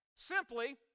Simply